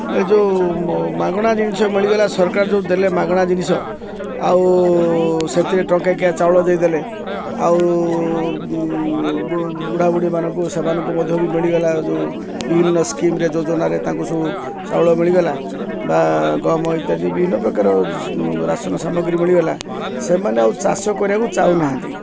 ଯେଉଁ ମାଗଣା ଜିନିଷ ମିଳିଗଲା ସରକାର ଯେଉଁ ଦେଲେ ମାଗଣା ଜିନିଷ ଆଉ ସେଥିରେ ଟଙ୍କାକିଆ ଚାଉଳ ଦେଇଦେଲେ ଆଉ ବୁଢ଼ା ବୁଢ଼ୀମାନଙ୍କୁ ସେମାନଙ୍କୁ ମଧ୍ୟ ବି ମିଳିଗଲା ଯେଉଁ ବିଭିନ୍ନ ସ୍କିମରେ ଯୋଜନାରେ ତାଙ୍କୁ ସବୁ ଚାଉଳ ମିଳିଗଲା ବା ଗହମ ଇତ୍ୟାଦି ବିଭିନ୍ନ ପ୍ରକାର ରାସନ ସାମଗ୍ରୀ ମିଳିଗଲା ସେମାନେ ଆଉ ଚାଷ କରିବାକୁ ଚାହୁଁନାହାନ୍ତି